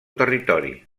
territori